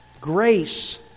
grace